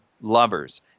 lovers